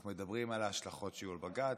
אנחנו מדברים על ההשלכות שיהיו על בג"ץ,